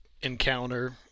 encounter